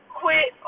quit